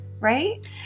Right